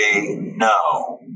no